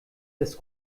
das